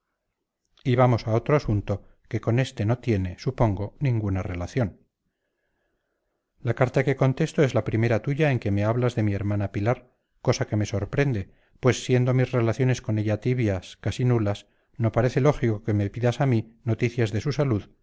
y vamos a otro asunto que con este no tiene supongo ninguna relación la carta que contesto es la primera tuya en que me hablas de mi hermana pilar cosa que me sorprende pues siendo mis relaciones con ella tibias casi nulas no parece lógico que me pidas a mí noticias de su salud